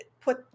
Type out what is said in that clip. put